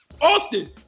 Austin